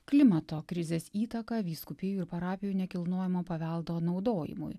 klimato krizės įtaką vyskupijų ir parapijų nekilnojamo paveldo naudojimui